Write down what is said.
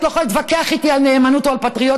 את לא יכולה להתווכח איתי על נאמנות או על פטריוטיות,